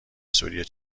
سوری